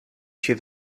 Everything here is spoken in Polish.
się